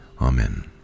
Amen